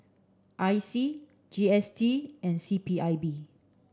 I C G S T and C P I B